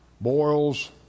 boils